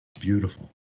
beautiful